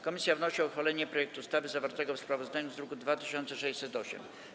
Komisja wnosi o uchwalenie projektu ustawy zawartego w sprawozdaniu w druku nr 2608.